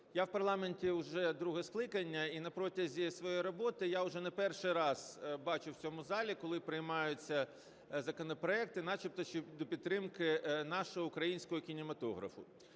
Я в парламенті вже друге скликання і на протязі своєї роботи я вже не перший раз бачив в цьому залі, коли приймаються законопроекти начебто щодо підтримки нашого українського кінематографу.